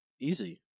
easy